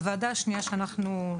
הוועדה השנייה שמתכנסת,